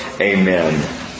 Amen